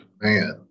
Man